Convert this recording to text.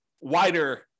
wider